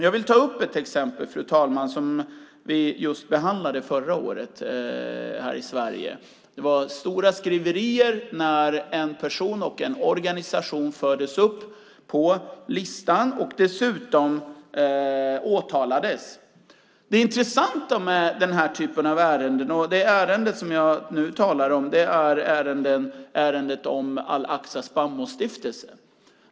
Jag vill ta upp ett exempel, fru talman, som vi behandlade förra året här i Sverige. Det var stora skriverier när en person och en organisation fördes upp på listan och dessutom åtalades. Det ärende som jag nu talar om är ärendet om Al-Aqsa Spannmål Stiftelse.